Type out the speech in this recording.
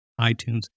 iTunes